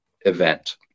event